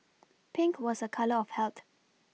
Pink was a colour of health